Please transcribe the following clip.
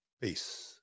Peace